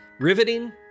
Riveting